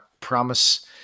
promise